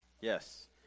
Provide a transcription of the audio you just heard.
Yes